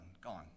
gone